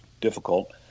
difficult